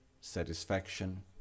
satisfaction